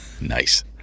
Nice